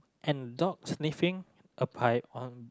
and dog sniffing a pie